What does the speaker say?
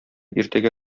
иртәгә